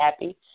happy